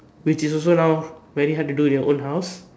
which is also now very hard to do in your own house